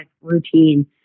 routine